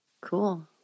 Cool